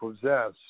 possess